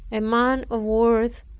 a man of worth,